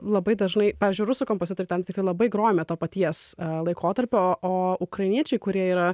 labai dažnai pavyzdžiui rusų kompozitorių tam tikri labai grojame to paties laikotarpio o ukrainiečiai kurie yra